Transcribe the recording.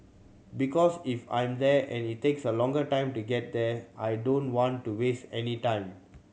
because if I'm there and it takes a long time to get there I don't want to waste any time